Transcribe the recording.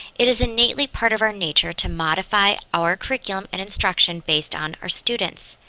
it is innately part of our nature to modify our curriculum and instruction based on our students.